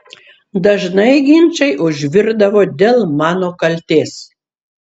dažnai ginčai užvirdavo dėl mano kaltės